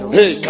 Hey